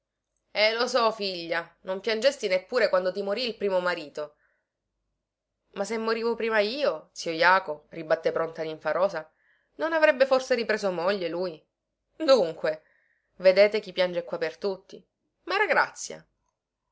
eh lo so figlia non piangesti neppure quando ti morì il primo marito ma se morivo prima io zio jaco ribatté pronta ninfarosa non avrebbe forse ripreso moglie lui dunque vedete chi piange qua per tutti